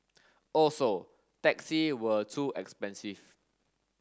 also taxi were too expensive